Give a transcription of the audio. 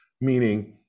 meaning